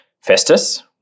Festus